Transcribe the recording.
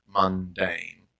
mundane